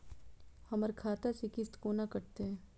हमर खाता से किस्त कोना कटतै?